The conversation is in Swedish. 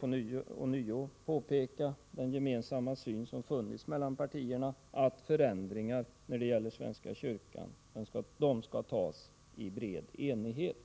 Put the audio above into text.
på nytt påpeka den syn som varit gemensam för partierna, nämligen att ändringar när det gäller svenska kyrkan skall beslutas i bred enighet.